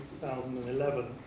2011